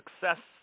success